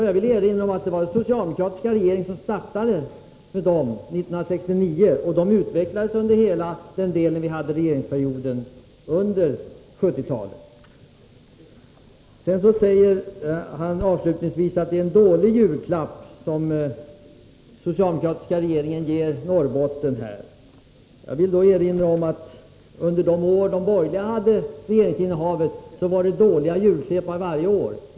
Jag vill erinra om att det var den socialdemokratiska regeringen som började med dem 1969, och de utvecklades under hela den period då vi innehade regeringsmakten under 70-talet. Avslutningsvis sade Per-Ola Eriksson att det är en dålig julklapp som den socialdemokratiska regeringen ger Norrbotten. Jag vill då erinra om att under den tid de borgerliga satt i regeringsställning, så var det dåliga julklappar varje år.